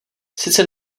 sice